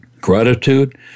Gratitude